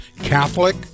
Catholic